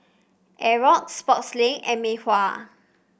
Xorex Sportslink and Mei Hua